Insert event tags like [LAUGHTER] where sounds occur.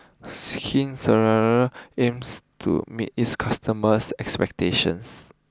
Skin [UNINTELLIGIBLE] aims to meet its customers' expectations